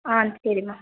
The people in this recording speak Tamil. ஆ சரிம்மா